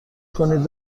کنید